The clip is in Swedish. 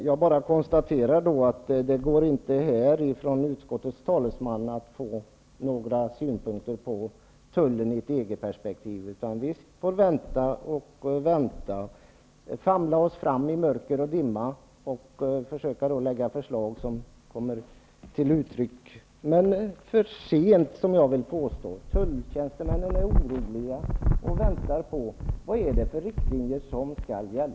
Herr talman! Jag konstaterar bara att det inte går att av utskottets talesman få några synpunkter på tullen i ett EG-perspektiv. Vi får vänta och famla oss fram i mörker och dimma och försöka lägga fram förslag. Jag vill påstå att det blir för sent. Tulltjänstemännen är oroliga och väntar på att få veta vilka riktlinjer som skall gälla.